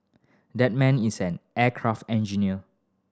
that man is an aircraft engineer